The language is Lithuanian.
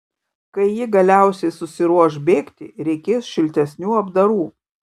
kai ji galiausiai susiruoš bėgti reikės šiltesnių apdarų